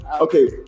Okay